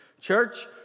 Church